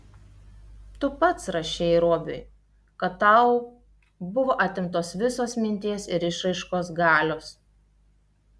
tu pats rašei robiui kad tau buvo atimtos visos minties ir išraiškos galios